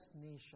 nation